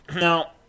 Now